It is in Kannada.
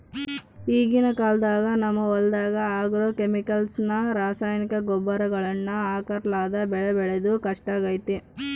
ಈಗಿನ ಕಾಲದಾಗ ನಮ್ಮ ಹೊಲದಗ ಆಗ್ರೋಕೆಮಿಕಲ್ಸ್ ನ ರಾಸಾಯನಿಕ ಗೊಬ್ಬರಗಳನ್ನ ಹಾಕರ್ಲಾದೆ ಬೆಳೆ ಬೆಳೆದು ಕಷ್ಟಾಗೆತೆ